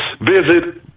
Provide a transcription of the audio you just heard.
Visit